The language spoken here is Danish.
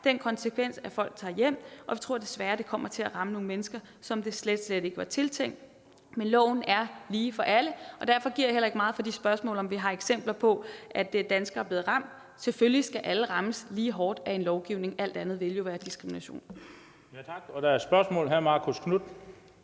den konsekvens, at folk tager hjem, og vi tror, at det desværre kommer til at ramme nogle mennesker, som det slet, slet ikke var tiltænkt. Men loven er lige for alle, og derfor giver jeg heller ikke meget for de spørgsmål, der er stillet om, om vi har eksempler på, at danskere er blevet ramt, for selvfølgelig skal alle rammes lige hårdt af en lovgivning. Alt andet vil jo være diskrimination. Kl. 13:25 Den fg. formand